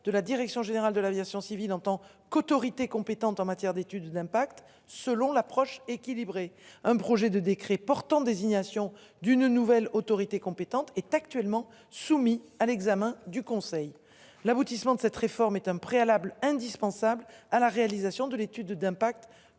de la direction générale de l'aviation civile, en tant qu'autorités compétentes en matière d'étude d'impact, selon l'approche équilibrée. Un projet de décret portant désignation d'une nouvelle autorité compétente est actuellement soumis à l'examen du Conseil, l'aboutissement de cette réforme est un préalable indispensable. À la réalisation de l'étude d'impact